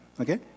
okay